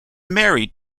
married